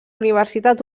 universitat